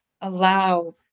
allow